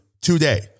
today